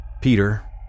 Peter